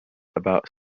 about